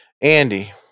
Andy